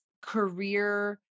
career